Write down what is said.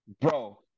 Bro